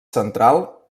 central